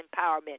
empowerment